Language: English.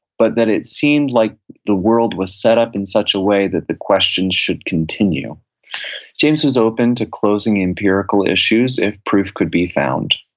but that it seemed like the world was set up in such a way that the questions should continue james was open to closing empirical issues if proof could be found,